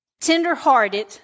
tenderhearted